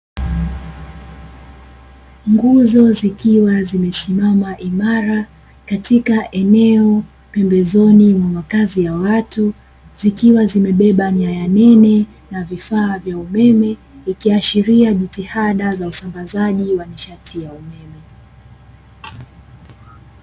Nguzo zikiwa zimesimama imara katika eneo pembezoni mwa makazi ya watu, zikiwa zimebeba nyaya nene na vifaa vya umeme, ikiashiria jitihada za usambazaji wa nishati ya umeme.